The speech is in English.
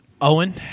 Owen